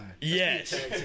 Yes